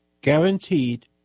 guaranteed